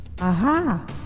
aha